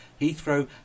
Heathrow